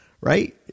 right